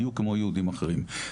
בדיוק כמו יהודים אחרים.